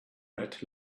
red